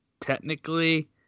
technically